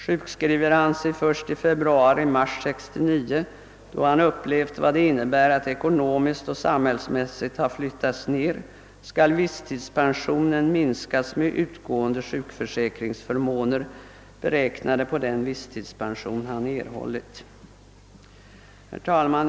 Sjukskriver han sig först i februari eller mars 1969, då han upplevt vad det innebär att ekonomiskt och samhällsmässigt ha flyttats ned, skall visstidspensionen minskas med utgående sjukförsäkringsförmåner, beräknade på den visstidspension han erhållit. Herr talman!